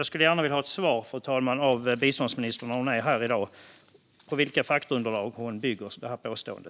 Jag vill gärna ha ett svar från biståndsministern, när hon nu är i kammaren i dag, om på vilka faktaunderlag hon bygger detta påstående.